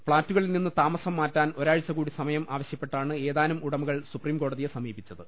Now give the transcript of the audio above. ഫ്ളാറ്റുകളിൽ നിന്ന് താമസം മാറ്റാൻ ഒരാഴ്ചകൂടി സമയം ആവ ശൃപ്പെട്ടാണ് ഏതാനും ഉടമകൾ സുപ്രീംകോടതിയെ സമീപിച്ചത്